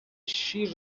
شیر